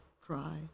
cry